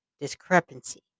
discrepancy